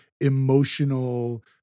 emotional